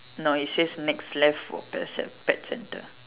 no it says next left for pets and pets center